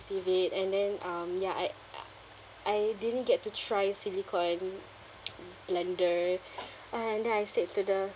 receive it and then um ya I uh I didn't get to try silicone blender and then I said to the